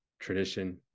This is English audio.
tradition